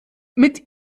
mit